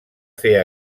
fer